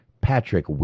Patrick